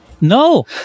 No